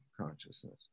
consciousness